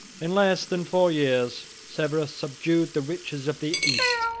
in less than four years, severus subdued the riches of the east,